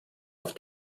auf